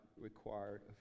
required